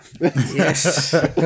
Yes